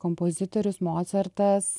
kompozitorius mocartas